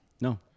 No